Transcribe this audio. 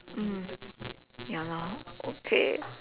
mm ya lor okay